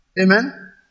Amen